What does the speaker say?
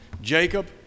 Jacob